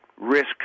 risk